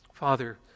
Father